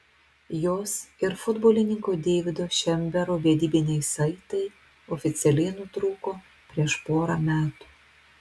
jos ir futbolininko deivido šembero vedybiniai saitai oficialiai nutrūko prieš porą metų